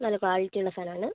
നല്ല ക്വാളിറ്റി ഉള്ള സാധനാണ്